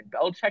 Belichick